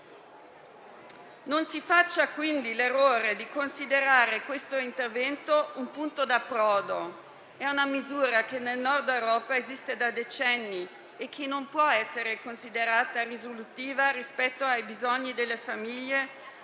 Non si faccia quindi l'errore di considerare questo intervento un punto d'approdo. È una misura che nel Nord Europa esiste da decenni e che non può essere considerata risolutiva rispetto ai bisogni delle famiglie